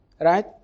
right